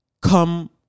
come